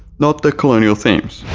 not the colonial themes.